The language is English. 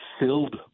filled